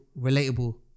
relatable